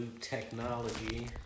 technology